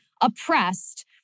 oppressed